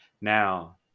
Now